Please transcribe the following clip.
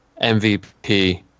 mvp